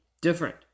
different